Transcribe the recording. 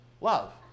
love